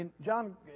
John